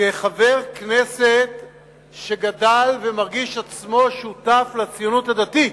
כחבר כנסת שגדל, ומרגיש עצמו שותף לציונות הדתית,